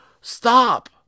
stop